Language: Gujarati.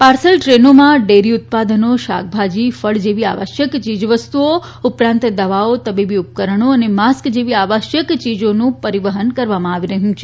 પાર્સલ ટ્રેનોમાં ડેરી ઉત્પાદનો શાકભાજી ફળ જેવી આવશ્યક ચીજ વસ્તુઓ ઉપરાંત દવાઓ તબીબી ઉપકરણો અને માસ્ક જેવી આવશ્યક ચીજોનુ પરીવહન કરવામાં આવી રહ્યું છે